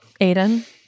Aiden